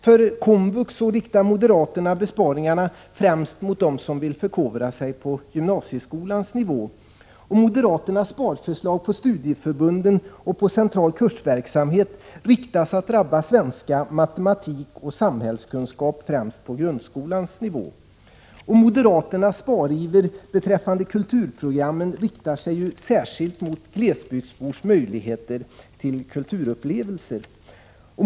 Inom komvux riktar moderaterna besparingarna främst mot dem som vill förkovra sig på gymnasieskolans nivå. Moderaternas sparförslag när det gäller studieförbunden och central kursverksamhet drabbar ämnena svenska, matematik och samhällskunskap främst på grundskolans nivå. Moderaternas spariver beträffande kulturprogrammen riktar sig särskilt mot glesbygdsbors möjligheter till kulturupplevelser.